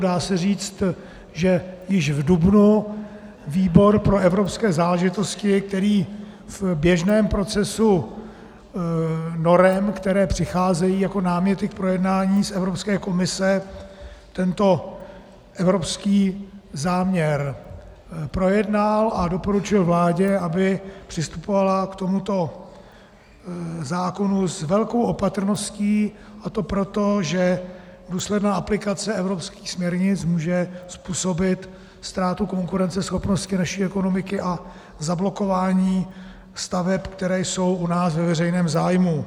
Dá se říct, že již v dubnu výbor pro evropské záležitosti, který v běžném procesu norem, které přicházejí jako náměty k projednání z Evropské komise, tento evropský záměr projednal a doporučil vládě, aby přistupovala k tomuto zákonu s velkou opatrností, a to proto, že důsledná aplikace evropských směrnic může způsobit ztrátu konkurenceschopnosti naší ekonomiky a zablokování staveb, které jsou u nás ve veřejném zájmu.